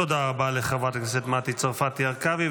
תודה רבה לחברת הכנסת מטי צרפתי הרכבי.